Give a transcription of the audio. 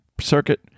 circuit